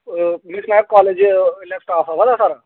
college च इसलै staff आवा दा सारा